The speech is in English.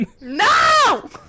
No